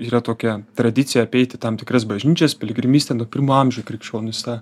yra tokia tradicija apeiti tam tikras bažnyčias piligrimystė nuo pirmų amžių krikščionys tą